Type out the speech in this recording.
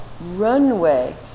runway